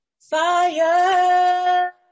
Fire